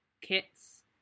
kits